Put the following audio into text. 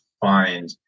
find